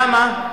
למה?